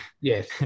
Yes